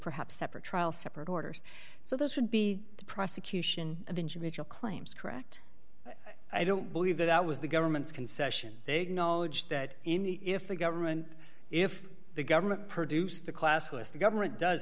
perhaps separate trial separate orders so those would be the prosecution of injury ritual claims correct i don't believe that that was the government's concession big knowledge that any if the government if the government produced the classless the government does